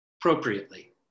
appropriately